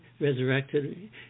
resurrected